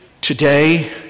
today